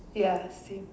ya same